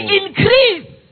increase